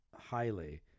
highly